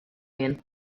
jien